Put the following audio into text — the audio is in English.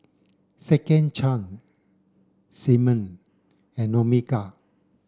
Second Chance Simmon and Omega